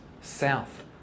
south